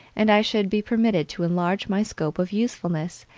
and i should be permitted to enlarge my scope of usefulness,